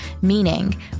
Meaning